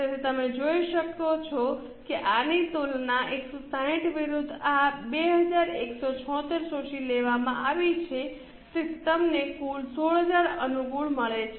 તેથી તમે જોઈ શકો છો કે આની તુલના 160 વિરુદ્ધ આ 2 176 શોષી લેવામાં આવી છે તેથી તમને 16000 અનુકૂળ મળે છે